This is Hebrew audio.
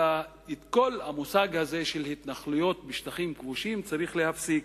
אלא כל המושג של התנחלויות בשטחים כבושים צריך להפסיק.